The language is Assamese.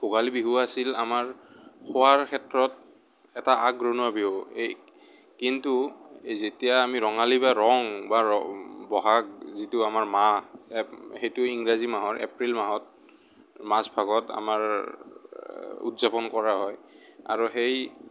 ভোগালী বিহু আছিল আমাৰ খোৱাৰ ক্ষেত্ৰত এটা আগৰণুৱা বিহু এই কিন্তু এই যেতিয়া আমি ৰঙালী বা ৰং বহাগ যিটো আমাৰ মাহ সেইটো ইংৰাজী মাহৰ এপ্ৰিল মাহত মাজভাগত আমাৰ উদযাপন কৰা হয় আৰু সেই